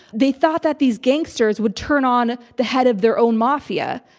they thought that these gangsters would turn on the head of their own mafia.